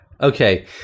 Okay